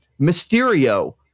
Mysterio